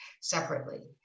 separately